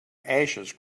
ashes